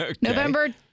November